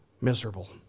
miserable